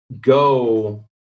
go